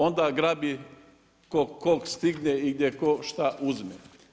Onda grabi ko kog stigne i gdje ko šta uzme.